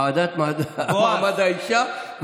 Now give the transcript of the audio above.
ועדת מעמד האישה,